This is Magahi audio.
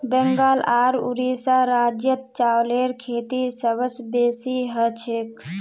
बंगाल आर उड़ीसा राज्यत चावलेर खेती सबस बेसी हछेक